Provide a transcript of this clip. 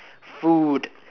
food